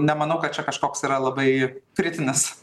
nemanau kad čia kažkoks yra labai kritinis